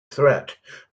threat